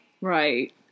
Right